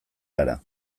gara